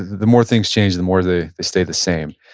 the more things change, the more they stay the same